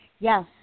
Yes